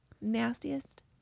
nastiest